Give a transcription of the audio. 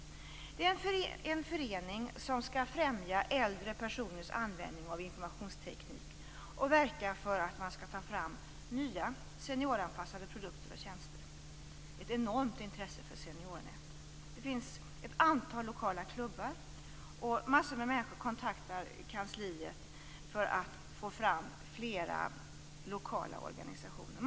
Det är en förening som skall främja äldre personers användning av informationsteknik och verka för att man skall ta fram nya senioranpassade produkter och tjänster. Det finns ett enormt intresse för Seniornet. Det finns ett antal lokala klubbar. Mängder med människor kontaktar kansliet för att få fram flera lokala organisationer.